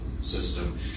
system